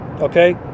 Okay